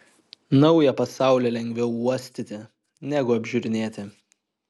naują pasaulį lengviau uostyti negu apžiūrinėti